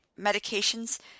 medications